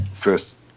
first